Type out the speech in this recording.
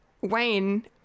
Wayne